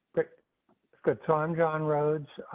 but good tom. john rhodes.